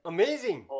Amazing